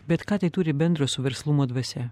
bet ką tai turi bendro su verslumo dvasia